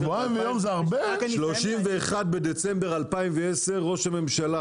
31 בדצמבר 2010,